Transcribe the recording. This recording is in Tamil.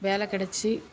வேலை கிடைத்து